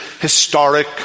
historic